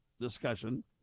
discussion